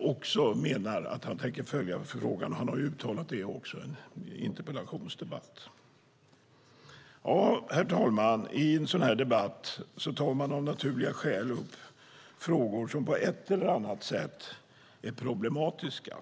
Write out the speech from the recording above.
också menar att han tänker följa frågan. Han har uttalat det i en interpellationsdebatt. Herr talman! I en sådan här debatt tar man av naturliga skäl upp frågor som på ett eller annat sätt är problematiska.